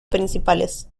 principales